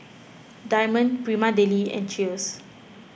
Diamond Prima Deli and Cheers